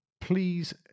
please